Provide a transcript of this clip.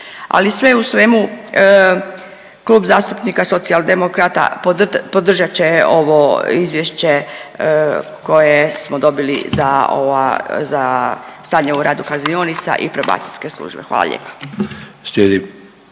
Ali sve u svemu Klub zastupnika Socijaldemokrata podržat će ovo izvješće koje smo dobili za ova, za stanje o radu kaznionica i probacijske službe. Hvala lijepo.